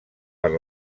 per